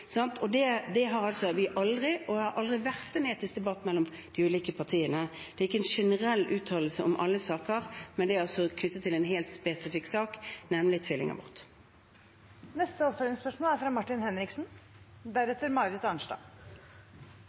Det har aldri vært en etisk debatt mellom de ulike partiene. Det er ikke en generell uttalelse om alle saker, men knyttet til en helt spesifikk sak, nemlig tvillingabort. Martin Henriksen – til oppfølgingsspørsmål.